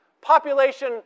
Population